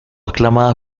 aclamada